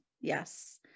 yes